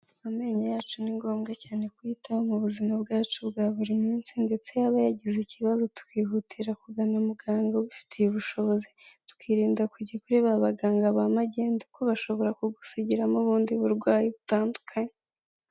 Amenyo yacu ni ngombwa cyane kuyitaho mu buzima bwacu bwa buri munsi ndetse yaba yagize ikibazo twikihutira kugana muganga ubifitiye ubushobozi, tukirinda kujya kureba abaganga ba magendu kuko bashobora kugusigiramo ubundi burwayi butandukanye.